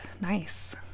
nice